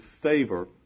favor